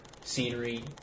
scenery